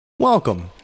Welcome